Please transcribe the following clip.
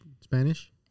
Spanish